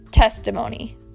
testimony